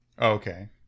Okay